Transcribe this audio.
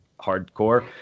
hardcore